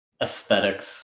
aesthetics